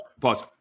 Pause